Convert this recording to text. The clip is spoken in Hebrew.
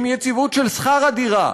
עם יציבות של שכר הדירה,